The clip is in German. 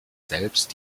selbst